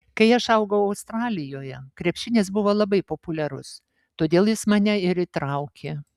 kai aš augau australijoje krepšinis buvo labai populiarus todėl jis mane ir įtraukė